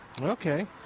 Okay